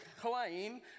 claim